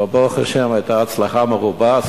אבל ברוך השם, היתה הצלחה מרובה.